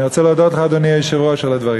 אני רוצה להודות לך, אדוני היושב-ראש, על הדברים.